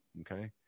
Okay